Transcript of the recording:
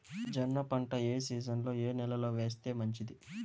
జొన్న పంట ఏ సీజన్లో, ఏ నెల లో వేస్తే మంచిది?